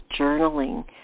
journaling